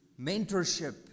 Mentorship